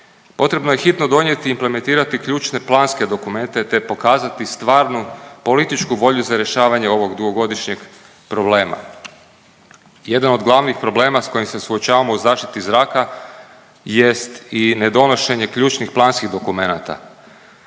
Potrebno je hitno donijeti i implementirati ključne planske dokumente te pokazati stvarnu političku volju za rješavanje ovog dugogodišnjeg problema. Jedan od glavnih problema s kojim se suočavamo u zaštiti zraka jest i ne donošenje ključnih planskih dokumenata.